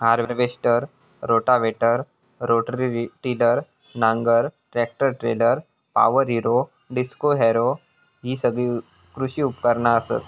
harvester, rotavator, rotary tiller, नांगर, tractor trailer, power harrow, disc harrow हि सगळी कृषी उपकरणा असत